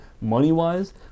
money-wise